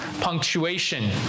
punctuation